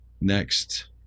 next